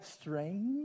strange